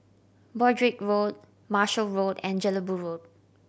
Broadrick Road Marshall Road and Jelebu Road